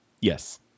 Yes